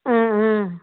অঁ অঁ